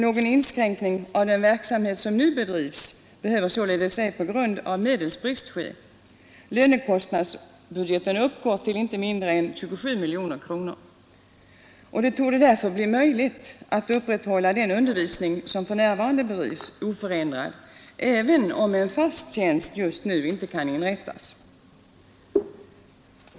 Någon nedskärning av den verksamhet som nu bedrivs behöver således ej ske på grund av medelsbrist. Lönekostnadsbudgeten uppgår till inte mindre 27 miljoner kronor. Det torde därför bli möjligt att oförändrat upprätthålla den undervisning som för närvarande bedrivs, även om en fast tjänst just nu inte kan inrättas.